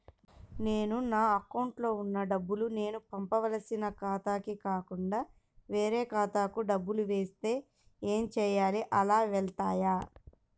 నేను నా అకౌంట్లో వున్న డబ్బులు నేను పంపవలసిన ఖాతాకి కాకుండా వేరే ఖాతాకు డబ్బులు వెళ్తే ఏంచేయాలి? అలా వెళ్తాయా?